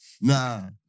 Nah